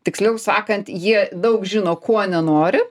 tiksliau sakant jie daug žino ko nenori